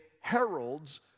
heralds